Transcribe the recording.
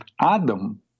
Adam